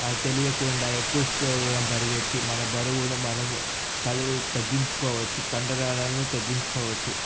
తెలియకుండా ఎక్కువ దూరం పరిగెత్తి మన బరువును మనము తగ్గించుకోవచ్చు కండరాలను తగ్గించుకోవచ్చు